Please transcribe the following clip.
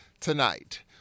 tonight